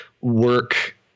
work